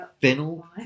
fennel